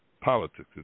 politics